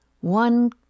One